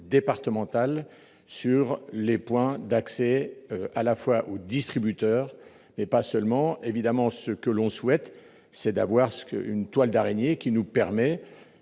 départementales sur les points d'accès à la fois au distributeurs mais pas seulement évidemment ce que l'on souhaite, c'est d'avoir ce que une toile d'araignée qui nous permet,